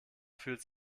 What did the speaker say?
fühlt